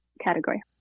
category